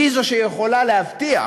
היא שיכולה "להבטיח"